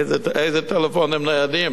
איזה טלפונים ניידים,